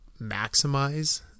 maximize